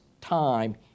time